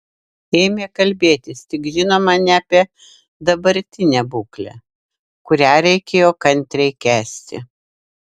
ėmė kalbėtis tik žinoma ne apie dabartinę būklę kurią reikėjo kantriai kęsti